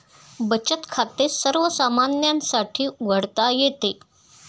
बचत खाते सर्वसामान्यांसाठी उघडता येते